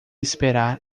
esperar